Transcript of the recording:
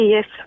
Yes